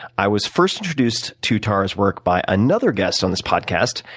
i was first introduced to tara's work by another guest on this podcast,